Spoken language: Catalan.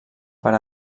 per